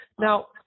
Now